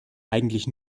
eigentlich